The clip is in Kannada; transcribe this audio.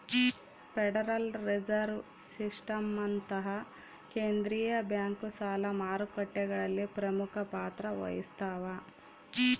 ಫೆಡರಲ್ ರಿಸರ್ವ್ ಸಿಸ್ಟಮ್ನಂತಹ ಕೇಂದ್ರೀಯ ಬ್ಯಾಂಕು ಸಾಲ ಮಾರುಕಟ್ಟೆಗಳಲ್ಲಿ ಪ್ರಮುಖ ಪಾತ್ರ ವಹಿಸ್ತವ